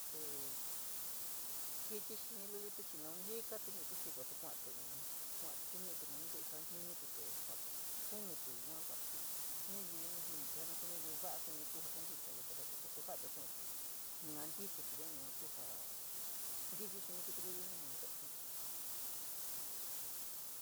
Te ntichi xiñi lulití chii naun jika te ñi’ití xiko te kuatí te kuatí keñí’ítí naun ntí’í ja jinítí te kuatí, te skunutí yua kuatí jii najiu ni jinití jaa nasu nayiu va’a suni kuu ja kantita yata ve’etí tu ja’atí chii, yua ntitotí, yua kuu jaa ntichi xini kítí luli yua yua kaa kasatí sua.